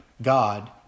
God